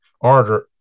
order